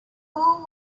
who